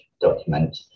document